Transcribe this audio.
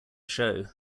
show